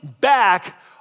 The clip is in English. back